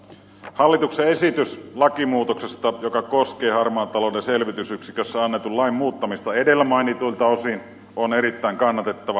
hallituksen esitys lakimuutoksesta joka koskee harmaan talouden selvitysyksiköstä annetun lain muuttamista edellä mainituilta osin on erittäin kannatettava